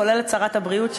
כולל שרת הבריאות,